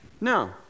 No